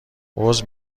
عذر